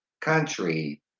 country